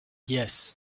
yes